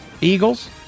Eagles